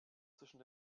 zwischen